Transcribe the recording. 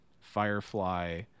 firefly